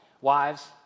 wives